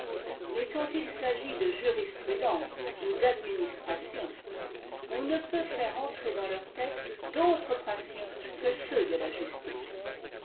mais quand it s'agit de jurisprudence ou d'administration on ne peut faire entrer dans leur tête d autres principes que ceux de la justice